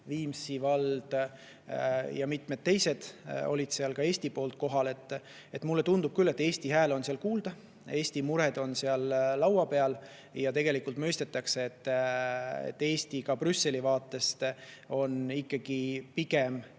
Viimsi vald ja mitmed teised – kohal olid. Mulle tundub küll, et Eesti hääl on seal kuulda, Eesti mured on laua peal, ja tegelikult mõistetakse, et Eesti Brüsseli vaates on ikkagi pigem